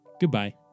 Goodbye